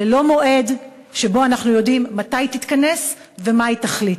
ללא מועד שבו אנחנו יודעים שהיא תתכנס ומה היא תחליט.